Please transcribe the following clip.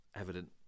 evident